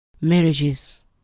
marriages